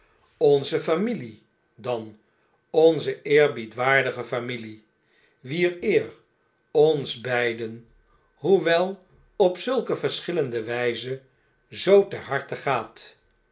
onze familie dan onze eerbiedwaardige familie wier eer ons beiden hoewel op zulke verschillende wijzen zoo ter harte gaat